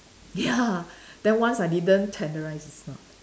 ya then once I didn't tenderise is not